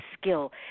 skill